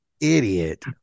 Idiot